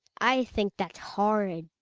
i think that's horrid.